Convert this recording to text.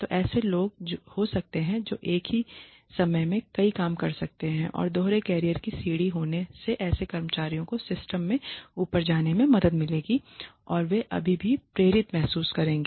तो ऐसे लोग हो सकते हैं जो एक ही समय में कई काम कर सकते हैं और दोहरे कैरियर की सीढ़ी होने से ऐसे कर्मचारियों को सिस्टम में ऊपर जाने में मदद मिलेगी और वे अभी भी प्रेरित महसूस करेंगे